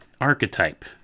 archetype